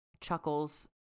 Chuckles